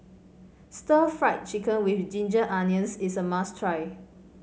Stir Fried Chicken with Ginger Onions is a must try